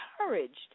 encouraged